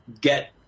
get